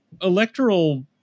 electoral